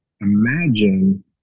imagine